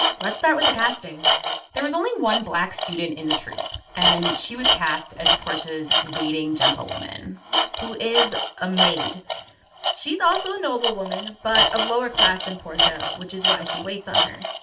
let's start with the casting there was only one black student in the troupe, and she was cast as portia's waiting gentlewoman who is a maid she's also a noblewoman but of lower class than portia, which is why she waits on her.